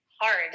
hard